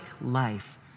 life